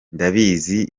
ndabizi